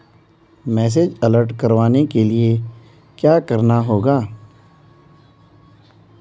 Message alert करवाने के लिए क्या करना होगा?